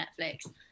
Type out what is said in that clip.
netflix